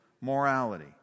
morality